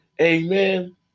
Amen